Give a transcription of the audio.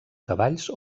cavalls